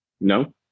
No